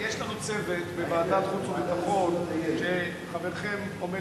הוועדה לזכויות הילד.